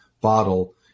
bottle